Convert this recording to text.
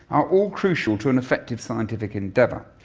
are all crucial to an effective scientific endeavour.